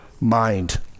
mind